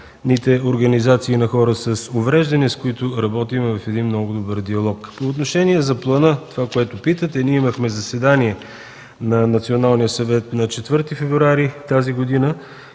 организации на хора с увреждания, с които работим в един много добър диалог. По отношение на плана – това, за което питате, ние имахме заседание на Националния съвет на 4 февруари тази година